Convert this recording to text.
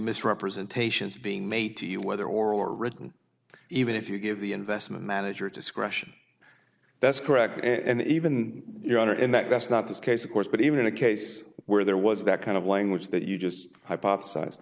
misrepresentations being made to you whether oral or written even if you give the investment manager discretion that's correct and even your honor and that that's not this case of course but even in a case where there was that kind of language that you just hypothesized